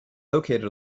located